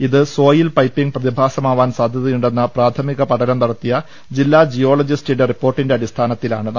ഇത് soil piping പ്ര തിഭാസമാവാൻ സാധ്യതയുണ്ടെന്ന പ്രാഥമിക പഠനം നടത്തിയ ജില്ലാ ജി യോളജിസ്റ്റിന്റെ റിപ്പോർട്ടിന്റെ അടിസ്ഥാനത്തിലാണിത്